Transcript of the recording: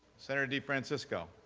senator defrancisco.